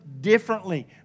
differently